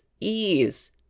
ease